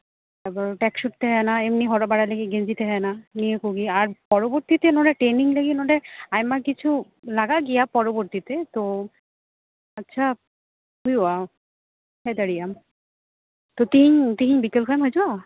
ᱛᱟᱯᱚᱨ ᱴᱨᱮᱠᱥᱩᱴ ᱛᱟᱦᱮᱱᱟ ᱮᱢᱱᱤ ᱦᱚᱨᱚᱜ ᱵᱟᱲᱟᱭ ᱞᱟᱹᱜᱤᱫ ᱜᱮᱧᱡᱤ ᱛᱟᱦᱮᱱᱟ ᱱᱤᱭᱟᱹ ᱠᱚᱜᱮ ᱟᱨ ᱯᱚᱨᱚᱵᱚᱨᱛᱤ ᱛᱮ ᱴᱨᱮᱹᱱᱤᱝ ᱞᱟᱹᱜᱤᱫ ᱱᱚᱰᱮ ᱟᱭᱢᱟ ᱠᱤᱪᱷᱩ ᱞᱟᱜᱟᱜ ᱜᱮᱭᱟ ᱯᱚᱨᱚᱵᱚᱨᱛᱤ ᱛᱮ ᱛᱚ ᱟᱪᱪᱷᱟ ᱦᱩᱭᱩᱜᱼᱟ ᱦᱮᱡ ᱫᱟᱲᱮᱭᱟᱜᱼᱟᱢ ᱛᱚ ᱛᱤᱦᱤᱧ ᱛᱤᱦᱤᱧ ᱵᱤᱠᱮᱞ ᱠᱷᱚᱱᱮᱢ ᱦᱤᱡᱩᱜᱼᱟ